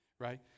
Right